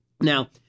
Now